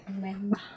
remember